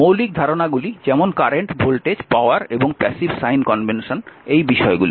মৌলিক ধারণাগুলি যেমন কারেন্ট ভোল্টেজ পাওয়ার এবং প্যাসিভ সাইন কনভেনশন এই বিষয়গুলি